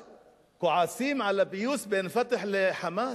כועסים על הפיוס בין "פתח" ל"חמאס"?